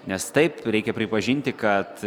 nes taip reikia pripažinti kad